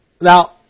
now